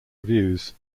reviews